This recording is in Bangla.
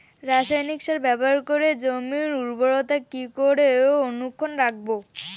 রাসায়নিক সার ব্যবহার করে জমির উর্বরতা কি করে অক্ষুণ্ন রাখবো